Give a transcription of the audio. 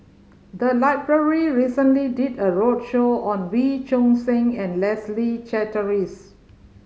the library recently did a roadshow on Wee Choon Seng and Leslie Charteris